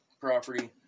property